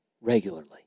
regularly